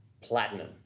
platinum